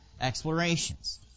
explorations